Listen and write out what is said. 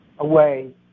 Away